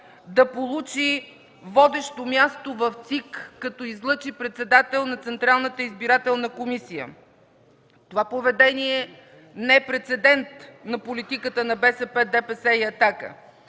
да получи водещо място в ЦИК, като излъчи неин председател. Това поведение не е прецедент на политиката на БСП, ДПС и „Атака”.